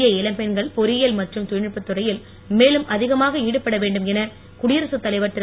இந்திய இளம்பெண்கள் பொறியியல் மற்றும் தொழில்நுட்பத் துறையில் மேலும் அதிகமாக ஈடுபட வேண்டும் என குடியரசுத் தலைவர் திரு